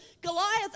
Goliath